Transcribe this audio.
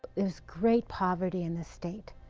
there's great poverty in this state,